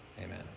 amen